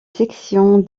sections